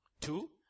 Two